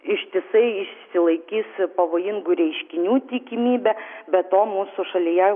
ištisai išsilaikys pavojingų reiškinių tikimybė be to mūsų šalyje